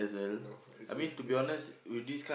no it's it's it's it's